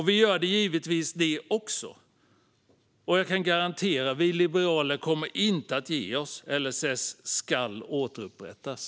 Vi gör givetvis det också. Jag kan garantera att vi liberaler inte kommer att ge oss. LSS ska återupprättas.